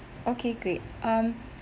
okay great um